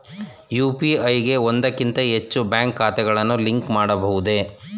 UPI ಗೆ ಒಂದಕ್ಕಿಂತ ಹೆಚ್ಚು ಬ್ಯಾಂಕ್ ಖಾತೆಗಳನ್ನು ಲಿಂಕ್ ಮಾಡಬಹುದೇ?